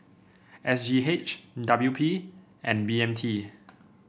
S G H W P and B M T